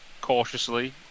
cautiously